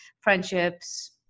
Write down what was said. friendships